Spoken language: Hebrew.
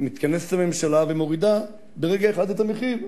הממשלה מתכנסת ומורידה ברגע אחד את המחיר,